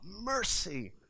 mercy